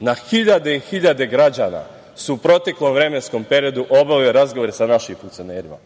Na hiljade i hiljade građana su u proteklom vremenskom periodu obavili razgovore sa našim funkcionerima.